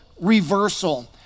reversal